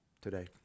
today